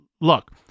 look